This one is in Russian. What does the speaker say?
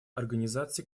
организации